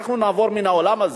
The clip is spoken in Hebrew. אנחנו נעבור מן העולם הזה.